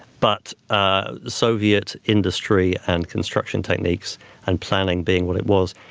but ah soviet industry and construction techniques and planning being what it was,